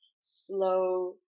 slow